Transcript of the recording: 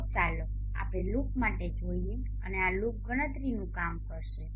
તો ચાલો આપણે લૂપ માટે જોઈએ અને આ લૂપ ગણતરીનું આ કામ કરશે